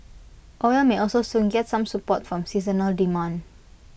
oil may also soon get some support from seasonal demand